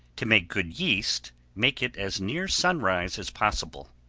to make good yeast, make it as near sunrise as possible.